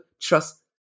trust